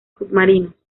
submarinos